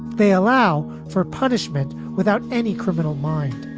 they allow for punishment without any criminal mind.